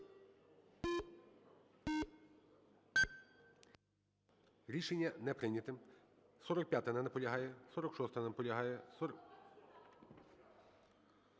Рішення не прийнято.